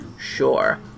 Sure